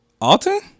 Alton